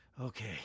Okay